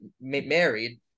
married